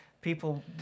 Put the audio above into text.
people